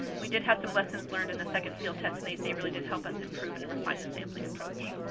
we did have some lessons learned in the second field test and they they really did help us improve and refine the sampling approach.